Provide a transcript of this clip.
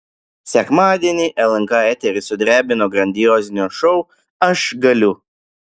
sekmadienį lnk eterį sudrebino grandiozinio šou aš galiu